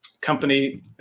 company